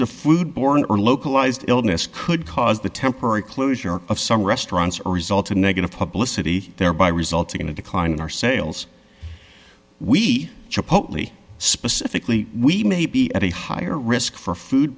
of food borne or localized illness could cause the temporary closure of some restaurants or result of negative publicity thereby resulting in a decline in our sales we supposedly specifically we may be at a higher risk for food